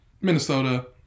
Minnesota